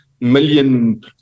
million